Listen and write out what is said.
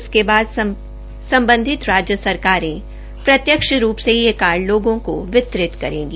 इसके बाद संबंधित राज्य सरकारें प्रत्यक्ष रूप से यह कार्ड लोगों को वितरित करेंगी